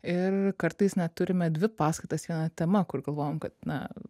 ir kartais net turime dvi paskaitas viena tema kur galvojom kad na